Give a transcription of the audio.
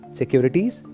securities